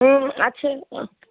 আছে